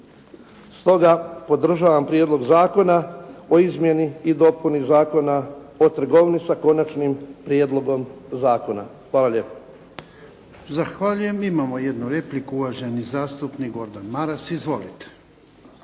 stoga podržavam Prijedlog zakona o izmjeni i dopuni Zakona o trgovini sa Konačnim prijedlogom zakona. Hvala lijepo. **Jarnjak, Ivan (HDZ)** Zahvaljujem. Imamo jednu repliku, uvaženi zastupnik Gordan Maras. Izvolite. **Maras,